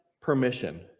permission